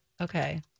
Okay